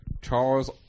Charles